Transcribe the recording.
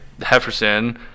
Hefferson